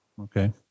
Okay